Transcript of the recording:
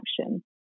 action